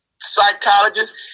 psychologist